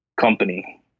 company